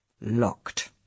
Locked